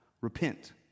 repent